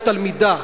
או תלמידה,